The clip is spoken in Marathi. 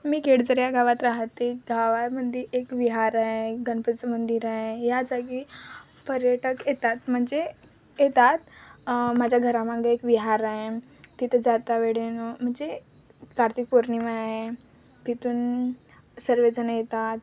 मी केळझर या गावात राहाते गावामध्ये एक विहार आहे गणपतीचं मंदिर आहे या जागी पर्यटक येतात म्हणजे येतात माझ्या घरामागं एक विहार आहे तिथे जाता वेळेत म्हणजे कार्तिक पौर्णिमा आहे तिथून सर्वजणं येतात